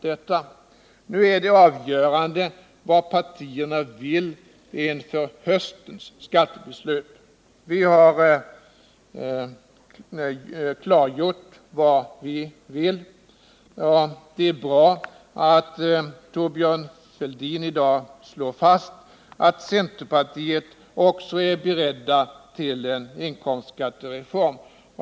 Det avgörande är därför vad partierna vill inför höstens skattebeslut. Vi har klargjort vad vi vill. Det är bra att Thorbjörn Fälldin slår fast att centerpartiet också är berett till en inkomstskattereform.